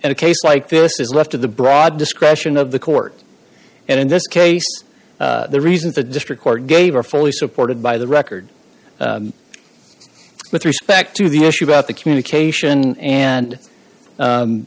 in a case like this is left to the broad discretion of the court and in this case the reasons the district court gave are fully supported by the record with respect to the issue about the communication and